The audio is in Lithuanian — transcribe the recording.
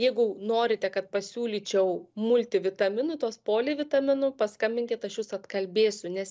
jeigu norite kad pasiūlyčiau multivitaminų tuos polivitaminų paskambinkit aš jus atkalbėsiu nes